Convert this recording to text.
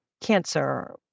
cancer